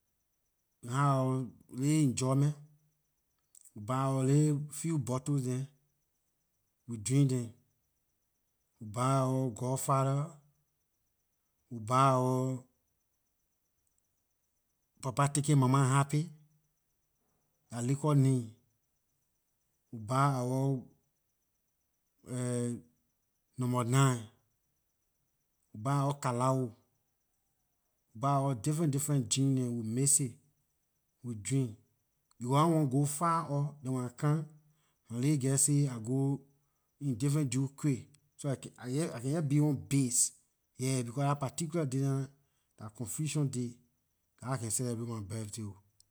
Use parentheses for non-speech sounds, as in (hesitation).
(hesitation) we have our ley enjoyment buy our ley few bottles dem we drink dem we buy our godfather, we buy our papa- take- it- mama- happy dah liquor name we buy our (hesitation) number nine we buy our calawo we buy our different different gin dem we mix it we drink becor ahn want go far off then when I come my lil girl say I go in different jue crip so I can jeh be on base, yeah, becor dah particular day nah nah dah confusion day dah how I can celebrate my birthday oh